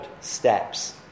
steps